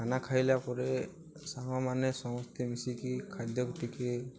ଖାନା ଖାଇଲା ପରେ ସାଙ୍ଗମାନେ ସମସ୍ତେ ମିଶିକି ଖାଦ୍ୟକୁ ଟିକେ